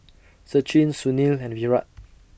Sachin Sunil and Virat